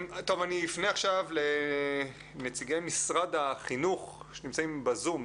אני אפנה עכשיו לנציגי משרד החינוך שהם ב-זום.